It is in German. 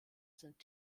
sind